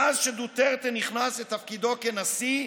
מאז שדוטרטה נכנס לתפקידו כנשיא,